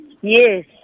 Yes